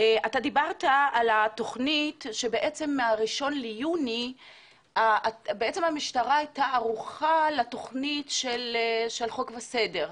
דיברת על התוכנית מה-1 ליוני המשטרה הייתה ערוכה לתוכנית של "חוק וסדר",